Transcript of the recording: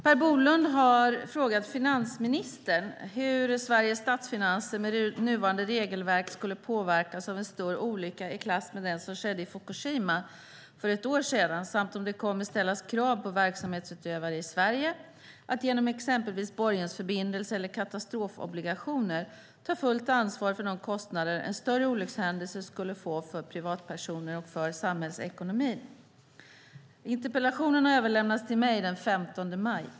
Per Bolund har frågat finansministern hur Sveriges statsfinanser med nuvarande regelverk skulle påverkas av en stor olycka i klass med den som skedde i Fukushima för ett år sedan samt om det kommer att ställas krav på verksamhetsutövare i Sverige att, genom exempelvis borgensförbindelser eller katastrofobligationer, ta fullt ansvar för de kostnader en större olyckshändelse skulle få för privatpersoner och för samhällsekonomin. Interpellationen har överlämnats till mig den 15 maj.